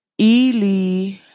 Eli